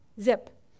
zip